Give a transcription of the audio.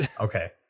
Okay